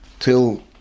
till